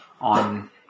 on